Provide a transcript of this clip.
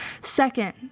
Second